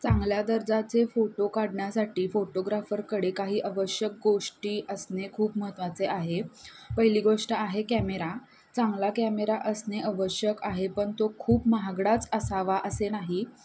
चांगल्या दर्जाचे फोटो काढण्यासाठी फोटोग्राफरकडे काही आवश्यक गोष्टी असणे खूप महत्त्वाचे आहे पहिली गोष्ट आहे कॅमेरा चांगला कॅमेरा असणे आवश्यक आहे पण तो खूप महागडाच असावा असे नाही